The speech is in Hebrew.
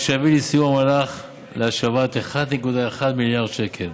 מה שיביא לסיום המהלך ולהשבת 1.1 מיליארד שקלים.